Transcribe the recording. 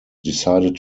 decided